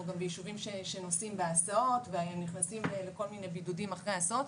גם בישובים שהם נוסעים בהסעות ונכנסים לכל מיני בידודים אחרי ההסעות,